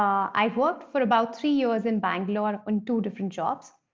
i worked for about three years in bangalore on two different jobs.